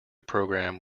program